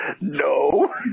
no